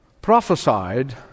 prophesied